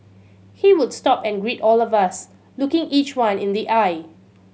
he would stop and greet all of us looking each one in the eye